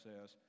says